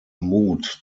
mut